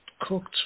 cooked